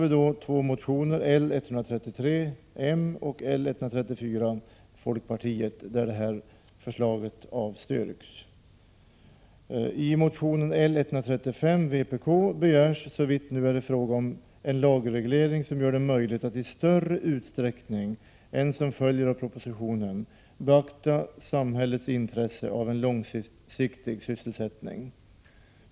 I två motioner, L133 från moderaterna och L134 från folkpartiet, yrkas avslag på förslaget. I motion L135 från vpk begärs — såvitt nu är i fråga — en lagreglering som gör det möjligt att i större utsträckning än som följer av propositionen beakta samhällets intresse av en långsiktig sysselsättning.